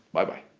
bye bye!